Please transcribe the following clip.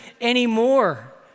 anymore